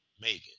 Megan